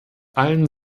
allen